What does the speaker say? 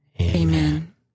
Amen